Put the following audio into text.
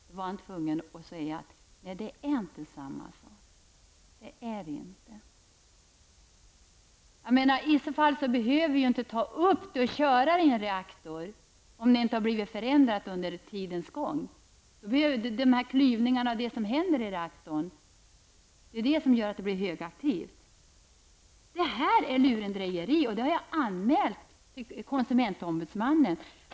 Då var han tvungen att säga att det inte är samma sak. Jag menar att när man kör det i en reaktor blir det ju förändrat. De klyvningar som händer i reaktorn är ju det som gör att det blir högaktivt. Detta är lurendrejeri. Jag har anmält det till konsumentombudsmannen.